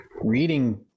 reading